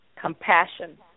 compassion